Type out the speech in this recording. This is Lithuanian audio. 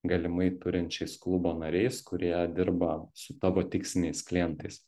galimai turinčiais klubo nariais kurie dirba su tavo tiksliniais klientais